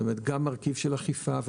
מרכיב של אכיפה,